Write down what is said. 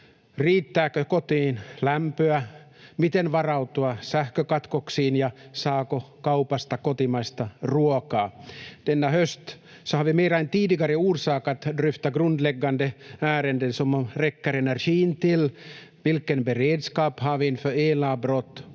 Riittääkö kotiin lämpöä? Miten varautua sähkökatkoksiin? Saako kaupasta kotimaista ruokaa? Denna höst har vi mera än tidigare orsak att dryfta grundläggande ärenden som att räcker energin till, vilken beredskap har vi inför elavbrott